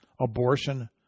abortion